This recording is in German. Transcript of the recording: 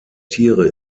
tiere